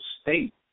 state